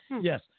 Yes